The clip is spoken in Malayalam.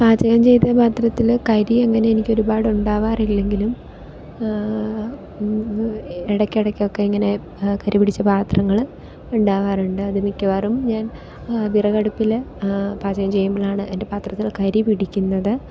പാചകം ചെയ്ത പാത്രത്തിൽ കരി അങ്ങനെ എനിക്ക് ഒരുപാട് ഉണ്ടാവാറില്ലെങ്കിലും ഇടക്കിടയ്ക്കൊക്കെ ഇങ്ങനെ കരി പിടിച്ച പാത്രങ്ങൾ ഉണ്ടാവാറുണ്ട് അത് മിക്കവാറും ഞാന് വിറകടുപ്പിൽ പാചകം ചെയ്യുമ്പോഴാണ് എന്റെ പാത്രത്തില് കരി പിടിക്കുന്നത്